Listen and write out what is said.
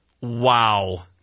Wow